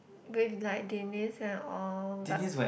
with like Denise and all but